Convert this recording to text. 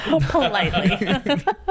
Politely